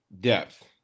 depth